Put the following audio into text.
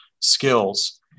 skills